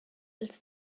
ils